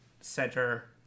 center